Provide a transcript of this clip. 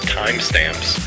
timestamps